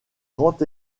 grand